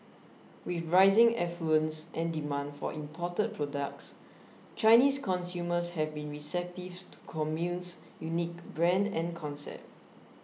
with rising affluence and demand for imported products Chinese consumers have been receptive to Commune's unique brand and concept